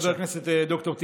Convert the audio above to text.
חבר הכנסת ד"ר טיבי,